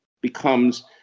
becomes